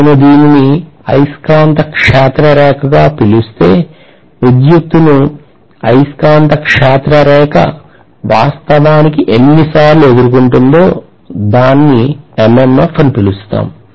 కాబట్టి నేను దీనిని అయస్కాంత క్షేత్ర రేఖగా పిలుస్తే విద్యుత్తును అయస్కాంత క్షేత్ర రేఖ వాస్తవానికి ఎన్నిసార్లు ఎదుర్కొంటుందో దాన్ని MMF అని పిలుస్తాం